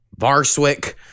Barswick